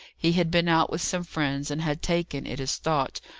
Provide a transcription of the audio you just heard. he had been out with some friends, and had taken, it is thought,